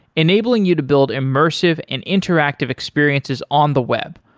enabling you to build immersive and interactive experiences on the web,